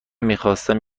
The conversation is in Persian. میخواستم